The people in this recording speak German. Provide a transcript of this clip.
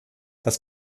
das